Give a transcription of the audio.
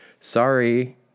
sorry